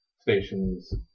station's